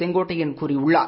செங்கோட்டையள் கூறியுள்ளார்